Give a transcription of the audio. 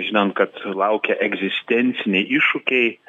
žinant kad laukia egzistenciniai iššūkiai